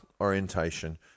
orientation